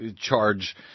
charge